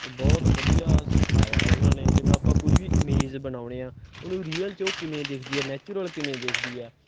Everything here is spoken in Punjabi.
ਅਤੇ ਬਹੁਤ ਵਧੀਆ ਸਿਖਾਇਆ ਉਹਨਾਂ ਨੇ ਜਿਵੇਂ ਆਪਾਂ ਕੋਈ ਵੀ ਇਮੇਜ ਬਣਾਉਂਦੇ ਹਾਂ ਉਹਨੂੰ ਰੀਅਲ 'ਚ ਉਹ ਕਿਵੇਂ ਦਿੱਖਦੀ ਆ ਨੈਚੁਰਲ ਕਿਵੇਂ ਦਿੱਖਦੀ ਆ